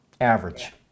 average